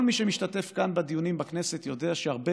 כל מי שמשתתף בדיונים כאן בכנסת יודע שהרבה